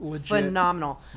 phenomenal